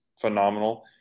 phenomenal